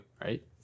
right